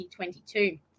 2022